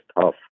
tough